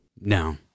No